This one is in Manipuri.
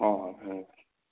ꯍꯣꯏ ꯍꯣꯏ ꯐꯔꯦ ꯐꯔꯦ